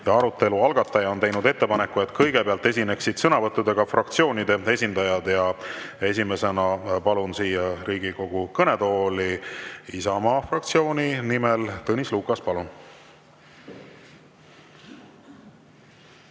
Arutelu algataja on teinud ettepaneku, et kõigepealt esineksid sõnavõttudega fraktsioonide esindajad. Esimesena palun siia Riigikogu kõnetooli Isamaa fraktsiooni nimel kõnelema Tõnis Lukase. Palun!